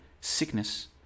sickness